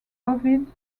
ovid